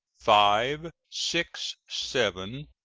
five, six, seven,